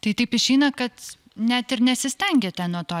tai taip išeina kad net ir nesistengiate nuo to